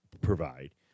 provide